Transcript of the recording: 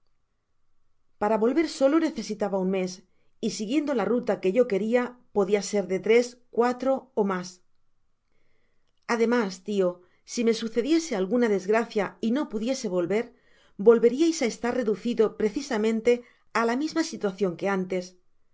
para volver solo necesitaba un mes y siguiendo la ruta que yo queria podia ser de tres cuatro ó mas ademas tio si me suce diese alguna desgracia y no pudiese volver volveriais á estar reducido precisamente á la misma situacion que antes